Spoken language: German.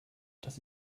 das